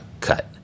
cut